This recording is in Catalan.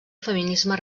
feminisme